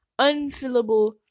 unfillable